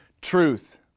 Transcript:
truth